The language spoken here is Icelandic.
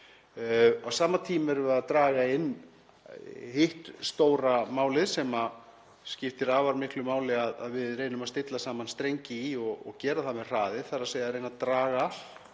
Á sama tíma erum við að draga inn hitt stóra málið sem skiptir afar miklu máli að við reynum að stilla saman strengi í og gera það með hraði, þ.e. að reyna, með skipulagi,